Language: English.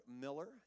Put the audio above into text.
Miller